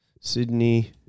Sydney